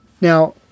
Now